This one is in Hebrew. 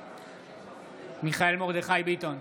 בעד מיכאל מרדכי ביטון,